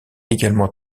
également